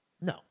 No